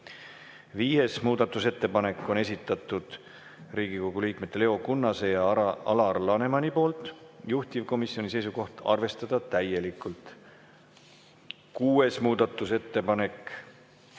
Viies muudatusettepanek on esitatud Riigikogu liikmete Leo Kunnase ja Alar Lanemani poolt, juhtivkomisjoni seisukoht: arvestada täielikult. Kuues muudatusettepanek,